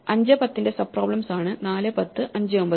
paths5 10 ന്റെ sub problems ആണ് 4 10 5 9